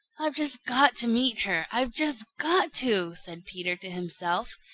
i've just got to meet her. i've just got to! said peter to himself,